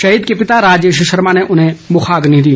शहीद के पिता राजेश शर्मा ने उन्हे मुखाग्नि दी